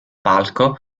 palco